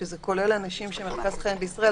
שזה כולל אנשים שמרכז חייהם בישראל.